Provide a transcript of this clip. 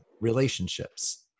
relationships